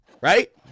right